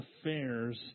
affairs